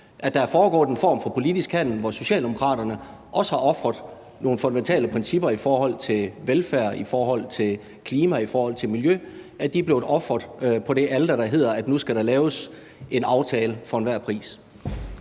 at der foregår den form for politisk handel, hvor Socialdemokraterne også har ofret nogle fundamentale principper i forhold til velfærd, i forhold til klima og i forhold til miljø på det alter, altså at nu skal der laves en aftale for enhver pris.